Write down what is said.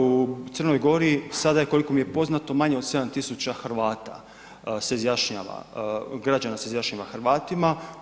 U Crnoj Gori, sada koliko mi je poznato je manje od 7 tisuća Hrvata se izjašnjava, građana se izjašnjava Hrvatima.